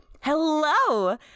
Hello